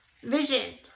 vision